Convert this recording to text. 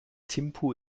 thimphu